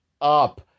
up